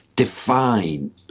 define